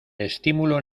estímulo